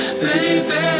baby